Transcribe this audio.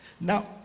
Now